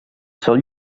sol